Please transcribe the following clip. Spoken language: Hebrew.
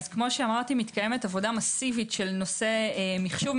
כאמור מתקיימת עבודה מסיבית של נושא מחשוב.